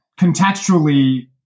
contextually